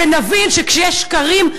ונבין שכשיש שקרים,